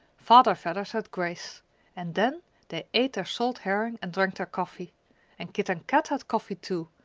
father vedder said grace and then they ate their salt herring and drank their coffee and kit and kat had coffee too,